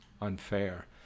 unfair